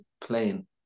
plain